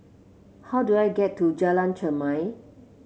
how do I get to Jalan Chermai